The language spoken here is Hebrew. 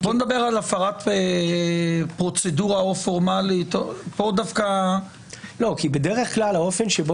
בואו נדבר על הפרת פרוצדורה --- בדרך כלל האופן שבו